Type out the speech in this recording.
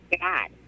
God